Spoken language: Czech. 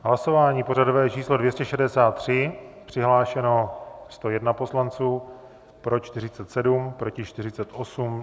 Hlasování pořadové číslo 263, přihlášeno 101 poslanců, pro 47, proti 48.